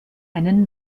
einen